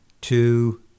two